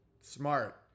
Smart